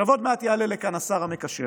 עוד מעט יעלה לכאן השר המקשר